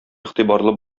игътибарлы